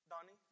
Donnie